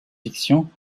fiction